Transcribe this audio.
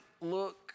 look